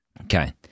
Okay